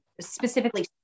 specifically